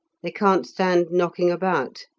they can't stand knocking about.